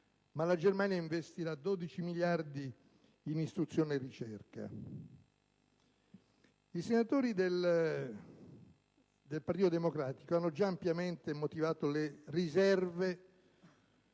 al 2014 (ma investirà 12 miliardi in istruzione e ricerca). I senatori del Partito Democratico hanno già ampiamente motivato le riserve